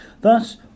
Thus